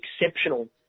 exceptional